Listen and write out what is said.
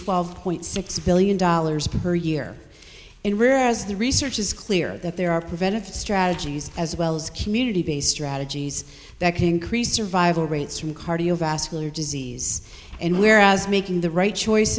twelve point six billion dollars per year in rares the research is clear that there are preventive strategies as well as community based rata g s that can increase survival rates from cardiovascular disease and whereas making the right